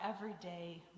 everyday